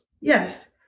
Yes